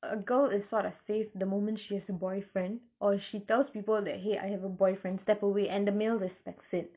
a girl is sort of safe the moment she has a boyfriend or she tells people that !hey! I have a boyfriend step away and the male respects it